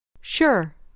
Sure